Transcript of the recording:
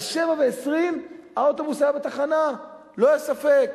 אבל ב-07:20 האוטובוס היה בתחנה, לא היה ספק.